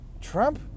Trump